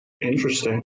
Interesting